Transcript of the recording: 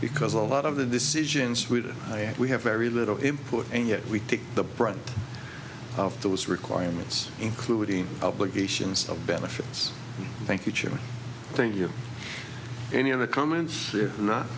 because a lot of the decisions we did we have very little input and yet we take the brunt of those requirements including obligations of benefits thank you chip thank you any other comments